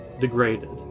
degraded